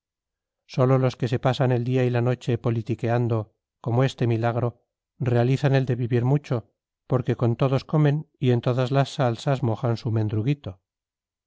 sólo los que se pasan el día y la noche politiqueando como este milagro realizan el de vivir mucho porque con todos comen y en todas las salsas mojan su mendruguito